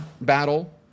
battle